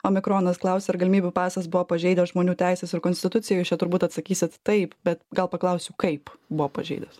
omikronas klausia ar galimybių pasas buvo pažeidęs žmonių teises ar konstituciją jūs čia turbūt atsakysit taip bet gal paklausiu kaip buvo pažeidęs